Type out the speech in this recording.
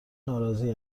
ناراضی